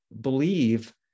believe